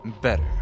better